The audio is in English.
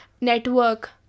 network